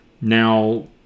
Now